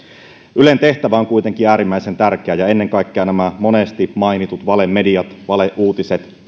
ylen tehtävä on kuitenkin äärimmäisen tärkeä ja ennen kaikkea näiden monesti mainittujen valemedioiden valeuutisten